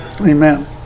Amen